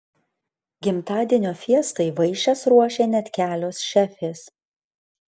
gimtadienio fiestai vaišes ruošė net kelios šefės